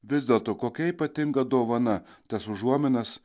vis dėlto kokia ypatinga dovana tas užuominas